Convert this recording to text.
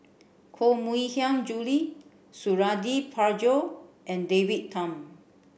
Koh Mui Hiang Julie Suradi Parjo and David Tham